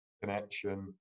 connection